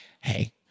Hey